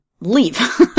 leave